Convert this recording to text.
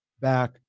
back